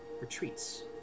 retreats